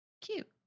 Cute